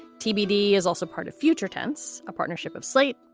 tbd is also part of future tense, a partnership of slate,